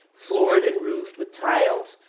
floored and roofed with tiles,